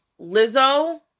Lizzo